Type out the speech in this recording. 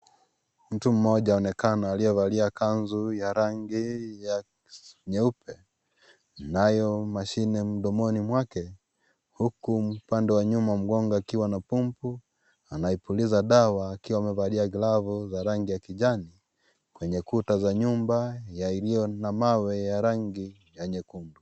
Mtu mmoja aonekana aliyevalia kanzu ya rangi nyeupa. Nayo mashine mdomoni mwake. Huku upande wa nyuma mgonga akiwa na pumpu. Anaipuliza dawa akiwa amevalia glavu ya rangi ya kijani. Kwenye kuta za nyumba yaliyo na mawe ya rangi ya nyekundu.